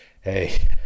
hey